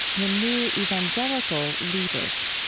the new evangelical leaders.